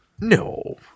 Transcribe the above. No